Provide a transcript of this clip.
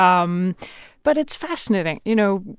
um but it's fascinating. you know,